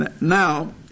Now